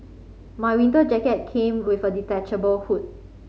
my winter jacket came with a detachable hood